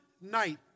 night